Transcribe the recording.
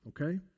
okay